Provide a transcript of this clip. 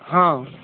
हॅं